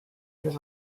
his